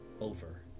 over